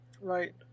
right